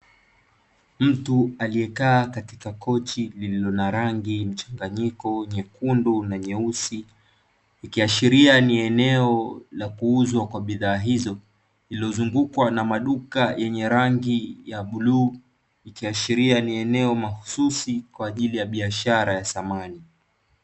Mtu aliyekaa katika kochi lililo na rangi mchangayiko nyekundu na nyeusi, ikiashiria ni eneo la kuuzwa kwa bidhaa hizo, lililozungukwa na maduka yenye rangi ya bluu, ikiashiria ni eneo mahususi kwa ajili ya biashara ya samani.